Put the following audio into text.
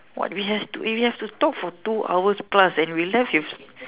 what we has to we have to talk for two hour plus and we left with